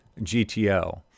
GTO